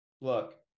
Look